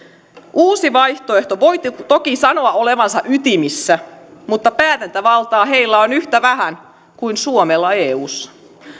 uusi vaihtoehto voi toki sanoa olevansa ytimissä mutta päätäntävaltaa heillä on yhtä vähän kuin suomella eussa